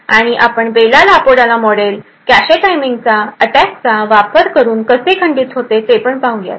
आणि आपण Bell LaPadula model cache timing अटॅकचा वापर करून कसे खंडित होते हे पाहूयात